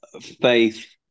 faith